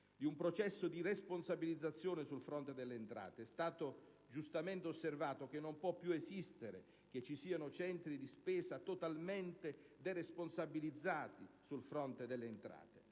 un processo di responsabilizzazione sul fronte delle entrate: è stato giustamente osservato che non ci possono più essere centri di spesa totalmente deresponsabilizzati sul fronte delle entrate.